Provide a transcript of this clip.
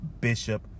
Bishop